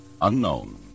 Unknown